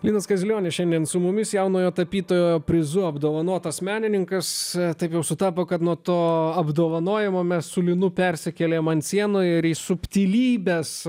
linas kaziulionis šiandien su mumis jaunojo tapytojo prizu apdovanotas menininkas taip jau sutapo kad nuo to apdovanojimo mes su linu persikėlėme ant sienų ir subtilybes